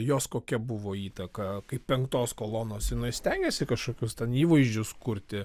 jos kokia buvo įtaka kaip penktos kolonos jinai stengėsi kažkokius įvaizdžius kurti